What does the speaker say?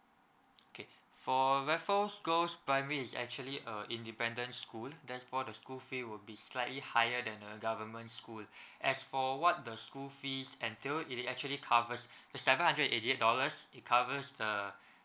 okay for raffles girls' primary is actually uh independent school therefore the school fee will be slightly higher than the government school as for what the school fees until it actually covers the seven hundred eighty eight dollars it covers the